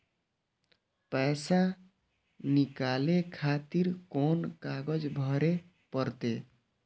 पैसा नीकाले खातिर कोन कागज भरे परतें?